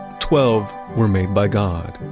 twelve were made by god,